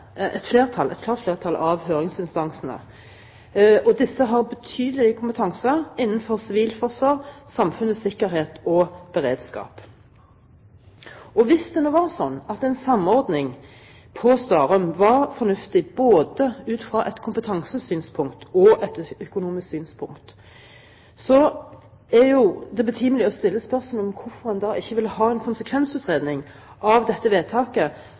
et klart flertall av høringsinstansene, og disse har betydelig kompetanse innenfor sivilforsvar, samfunnets sikkerhet og beredskap. Hvis det nå var slik at en samordning på Starum var fornuftig både ut fra et kompetansesynspunkt og et økonomisk synspunkt, er det jo betimelig å stille spørsmål om hvorfor man da ikke vil ha en konsekvensutredning av dette vedtaket,